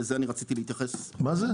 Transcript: לזה אני רציתי להתייחס --- מה זה?